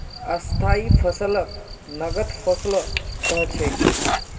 स्थाई फसलक नगद फसलो कह छेक